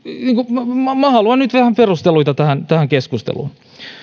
minä minä haluan nyt vähän perusteluita tähän keskusteluun